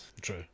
True